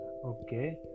Okay